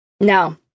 No